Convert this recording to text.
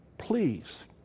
Please